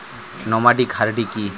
Nomadic hardy কি?